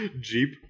Jeep